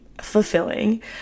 fulfilling